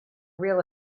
real